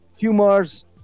tumors